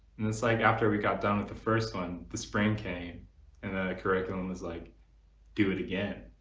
and it's like after we got done with the first one the spring came and the curriculum was like do it again